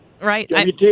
Right